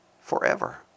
forever